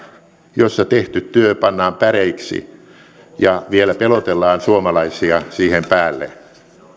jossa tehty työ pannaan päreiksi ja vielä pelotellaan suomalaisia siihen päälle